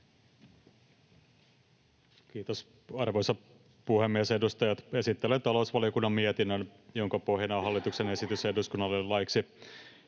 Content: Arvoisa puhemies! Arvoisat edustajat! Esittelen talousvaliokunnan mietinnön, jonka pohjana on hallituksen esitys eduskunnalle laiksi